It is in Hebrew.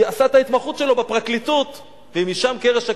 עשה את ההתמחות שלו בפרקליטות ומשם קרש הקפיצה,